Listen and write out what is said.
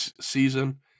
season